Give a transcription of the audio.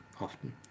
often